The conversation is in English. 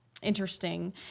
Interesting